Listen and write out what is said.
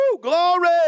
glory